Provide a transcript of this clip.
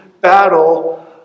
battle